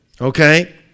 Okay